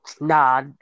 Nah